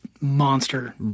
monster